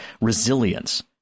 resilience